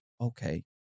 okay